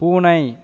பூனை